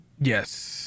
Yes